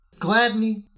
Gladney